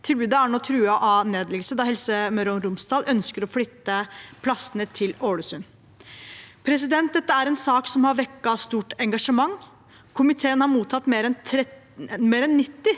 Tilbudet er nå truet av nedleggelse da Helse Møre og Romsdal ønsker å flytte plassene til Ålesund. Dette er en sak som har vekket stort engasjement. Komiteen har mottatt mer enn 90